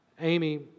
Amy